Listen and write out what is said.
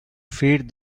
feed